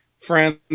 friends